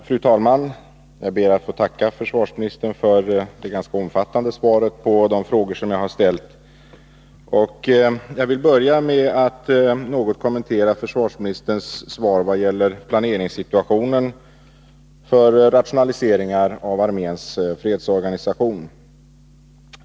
Fru talman! Jag ber att få tacka försvarsministern för det ganska omfattande svaret på de frågor som jag har ställt. Jag vill börja med att något kommentera försvarsministerns svar i vad gäller planeringssituationen för rationaliseringar av arméns fredsorganisation.